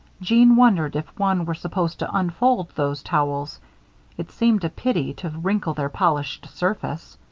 jeanne wondered if one were supposed to unfold those towels it seemed a pity to wrinkle their polished surface.